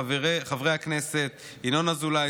חברי הכנסת ינון אזולאי,